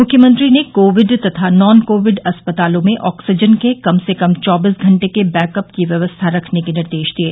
म्ख्यमंत्री ने कोविड तथा नॉन कोविड अस्पतालों में आक्सीजन के कम से कम चौबीस घंटे के बैकअप की व्यवस्था रखने के निर्देश दिये